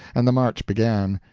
and the march began,